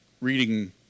reading